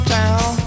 town